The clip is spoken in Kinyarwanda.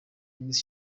miss